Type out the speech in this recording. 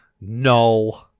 No